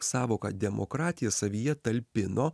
sąvoka demokratija savyje talpino